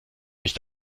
nicht